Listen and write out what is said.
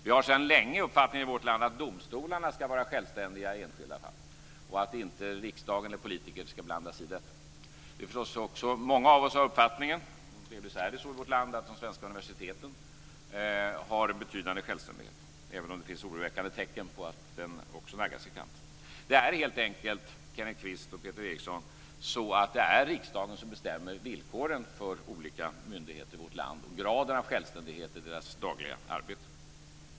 Vi har sedan länge uppfattningen i vårt land att domstolarna skall vara självständiga i enskilda fall och att inte riksdagen eller politiker skall blanda sig i detta. De svenska universiteten har en betydande självständighet, även om det finns oroväckande tecken på att också den naggas i kanten. Det är helt enkelt, Kenneth Kvist och Peter Eriksson, så att det är riksdagen som bestämmer villkoren för olika myndigheter i vårt land och graden av deras självständighet i deras dagliga arbete.